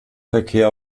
verkehr